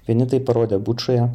vieni tai parodė bučoje